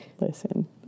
listen